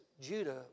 Judah